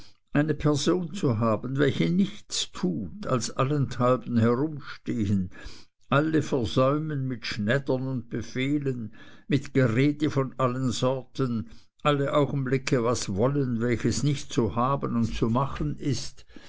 eine person zu haben welche nichts tut als allenthalben herumstehen alle versäumen mit schnädern und befehlen mit gerede von allen sorten alle augenblicke was wollen welches nicht zu haben und zu machen ist